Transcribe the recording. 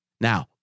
Now